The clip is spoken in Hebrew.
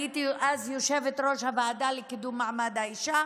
הייתי אז יושבת-ראש הוועדה לקידום מעמד האישה,